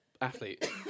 athlete